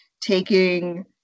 taking